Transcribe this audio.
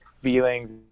feelings